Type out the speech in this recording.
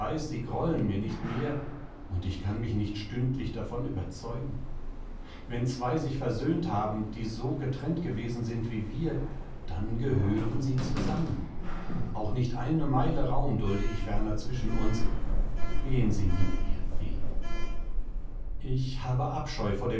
sie grollen mir nicht mehr und ich kann mich nicht stündlich davon überzeugen wenn zwei sich versöhnt haben die so getrennt gewesen sind wie wir dann gehören sie zusammen auch nicht eine meile raum dulde ich ferner zwischen uns gehen sie mit mir fee ich habe abscheu vor